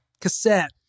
cassette